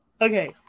Okay